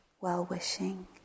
well-wishing